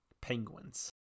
penguins